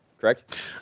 correct